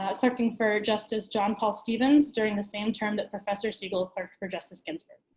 ah clerking for justice john paul stevens during the same term that professor siegel clerked for justice ginsburg.